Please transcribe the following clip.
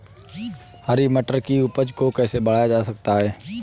हरी मटर की उपज को कैसे बढ़ाया जा सकता है?